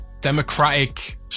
democratic